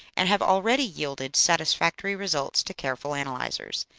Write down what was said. and have already yielded satisfactory results to careful analyzers.